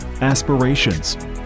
aspirations